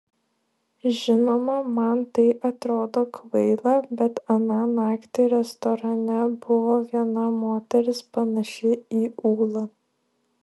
žinoma man tai atrodo kvaila bet aną naktį restorane buvo viena moteris panaši į ūlą